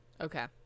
okay